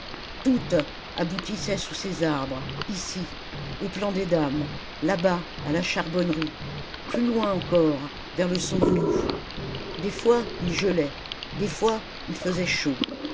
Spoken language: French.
toutes aboutissaient sous ces arbres ici au plan des dames là-bas à la charbonnerie plus loin encore vers le saut du loup des fois il gelait des fois il faisait chaud